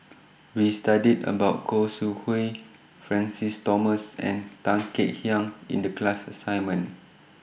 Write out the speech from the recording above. We studied about Khoo Sui Hoe Francis Thomas and Tan Kek Hiang in The class assignment